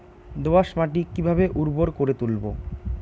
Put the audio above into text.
দোয়াস মাটি কিভাবে উর্বর করে তুলবো?